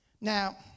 Now